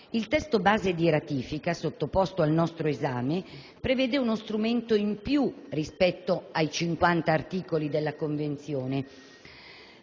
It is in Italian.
Il testo base di ratifica sottoposto al nostro esame prevede uno strumento in più rispetto ai 50 articoli della Convenzione,